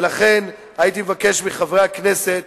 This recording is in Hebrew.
ולכן הייתי מבקש מחברי הכנסת